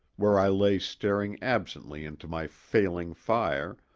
where i lay staring absently into my failing fire,